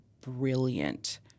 brilliant